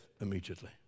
immediately